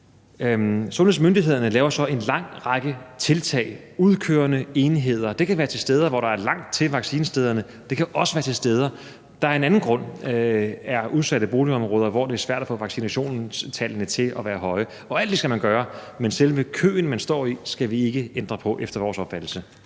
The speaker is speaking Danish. Sundhedsmyndighederne laver så en lang række tiltag som udkørende enheder. Det kan være til steder, hvor der er langt til vaccinestederne. Det kan også være til steder, der af en anden grund er et udsat boligområde, hvor det er svært at få vaccinationstallene til at være høje. Alt det skal man gøre, men selve køen, man står i, skal vi ikke ændre på efter vores opfattelse.